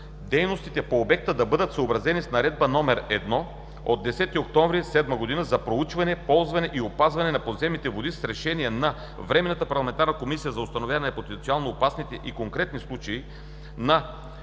дейностите по обекта да бъдат съобразени с Наредба № 1 от 10 октомври 2007 г. за проучване, ползване и опазване на подземните води, с решенията на Временната парламентарна комисия за установяване на потенциално опасните и конкретни случаи на